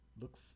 look